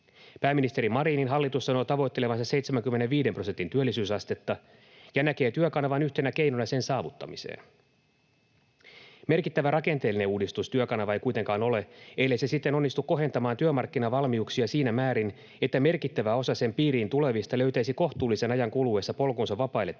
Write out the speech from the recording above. Pääministeri Marinin hallitus sanoo tavoittelevansa 75 prosentin työllisyysastetta ja näkee Työkanavan yhtenä keinona sen saavuttamiseen. Merkittävä rakenteellinen uudistus Työkanava ei kuitenkaan ole, ellei se sitten onnistu kohentamaan työmarkkinavalmiuksia siinä määrin, että merkittävä osa sen piiriin tulevista löytäisi kohtuullisen ajan kuluessa polkunsa vapaille työmarkkinoille